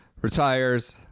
retires